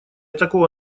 такого